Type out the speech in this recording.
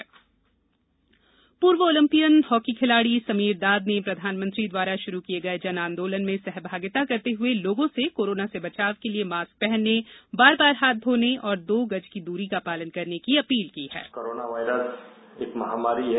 जन आंदोलन पूर्व ओलंपियन हॉकी खिलाड़ी समीर दाद ने प्रधानमंत्री द्वारा शुरू किये गए जन आंदोलन में सहभागिता करते हुए लोगों से कोरोना से बचाव के लिए मास्क पहनने बार बार हाथ धोने और दो गज की दूरी का पालन करने की अपील की है